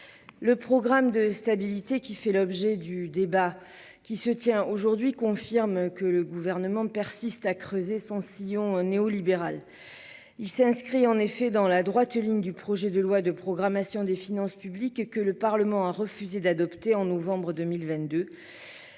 Le programme de stabilité, qui fait l'objet du débat qui se tient aujourd'hui confirme que le gouvernement persiste à creuser son sillon néo-libérale. Il s'est inscrit en effet dans la droite ligne du projet de loi de programmation des finances publiques et que le Parlement a refusé d'adopter en novembre 2022.